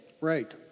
Right